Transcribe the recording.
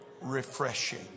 refreshing